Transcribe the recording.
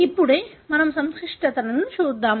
ఇప్పుడు మనము సంక్లిష్టతలను చూద్దాం